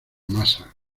masa